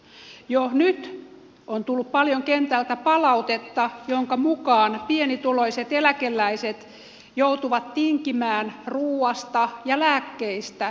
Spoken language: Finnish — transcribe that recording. jo nyt on tullut paljon kentältä palautetta jonka mukaan pienituloiset eläkeläiset joutuvat tinkimään ruuasta ja lääkkeistä